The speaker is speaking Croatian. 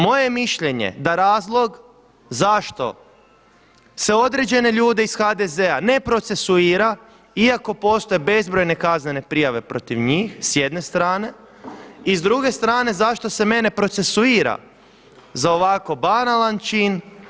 Moje je mišljenje da razlog zašto se određene ljude iz HDZ-a ne procesuira iako postoje bezbrojne kaznene prijave protiv njih s jedne strane i s druge strane zašto se mene procesuira za ovako banalan čin?